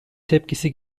tepkisi